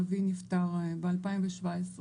אבי נפטר ב-2017,